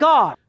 God